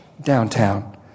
downtown